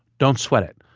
don't sweat it.